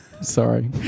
sorry